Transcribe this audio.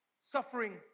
suffering